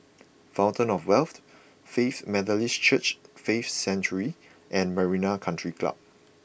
Fountain of Wealth Faith Methodist Church Faith Sanctuary and Marina Country Club